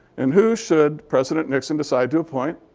and who should president nixon decide to appoint?